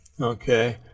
Okay